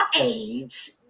age